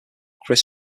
chris